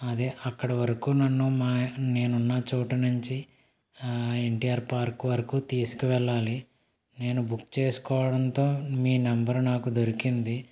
అదే అక్కడి వరకు నన్ను నేను ఉన్న చోటు నుంచి ఎన్టిఆర్ పార్కు వరకు తీసుకువెళ్లాలి నేను బుక్ చేసుకోవడంతో మీ నంబర్ నాకు దొరికింది